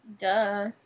Duh